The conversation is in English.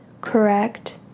Correct